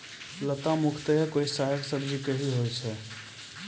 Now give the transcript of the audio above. लता मुख्यतया कोय साग सब्जी के हीं होय छै